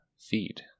feed